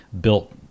built